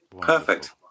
Perfect